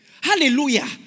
Hallelujah